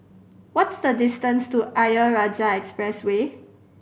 what's the distance to Ayer Rajah Expressway